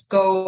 go